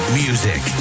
music